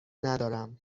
ندارم